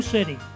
City